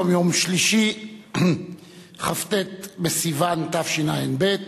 היום יום שלישי, כ"ט בסיוון התשע"ב,